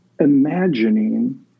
imagining